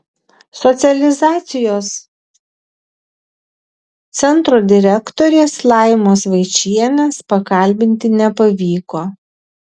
socializacijos centro direktorės laimos vaičienės pakalbinti nepavyko